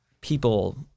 people